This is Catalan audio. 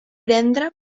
prendre